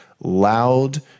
loud